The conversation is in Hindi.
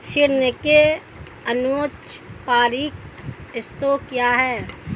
ऋण के अनौपचारिक स्रोत क्या हैं?